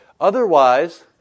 Otherwise